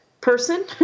person